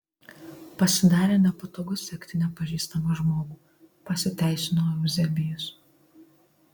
pasidarė nepatogu sekti nepažįstamą žmogų pasiteisino euzebijus